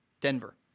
Denver